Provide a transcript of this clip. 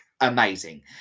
Amazing